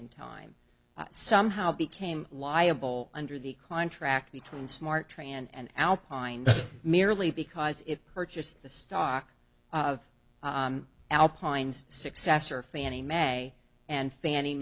in time somehow became liable under the contract between smart tray and alpine merely because it purchased the stock of alpines successor fannie mae and fann